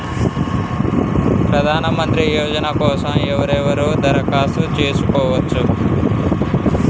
ప్రధానమంత్రి యోజన కోసం ఎవరెవరు దరఖాస్తు చేసుకోవచ్చు?